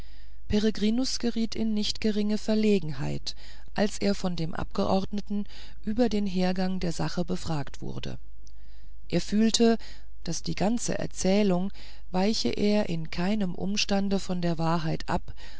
geriet in nicht geringe verlegenheit als er von dem abgeordneten über den hergang der sache befragt wurde er fühlte daß die ganze erzählung weiche er in keinem umstande von der wahrheit ab